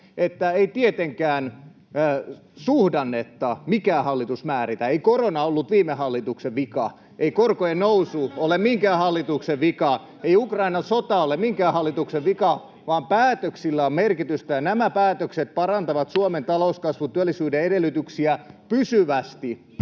ei tietenkään suhdannetta mikään hallitus määritä. Ei korona ollut viime hallituksen vika, ei korkojen nousu ole minkään hallituksen vika, ei Ukrainan sota ole minkään hallituksen vika, vaan päätöksillä on merkitystä, ja nämä päätökset parantavat Suomen talouskasvun ja työllisyyden edellytyksiä pysyvästi.